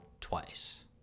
twice